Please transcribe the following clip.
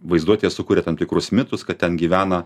vaizduotėje sukuria tam tikrus mitus kad ten gyvena